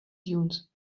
dunes